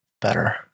better